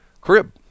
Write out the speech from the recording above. crib